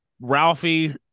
Ralphie